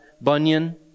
Bunyan